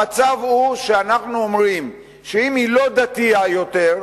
המצב הוא, שאנחנו אומרים שאם היא לא דתייה יותר,